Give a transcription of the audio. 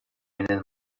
менен